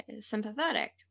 sympathetic